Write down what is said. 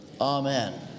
Amen